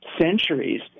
centuries